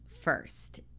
first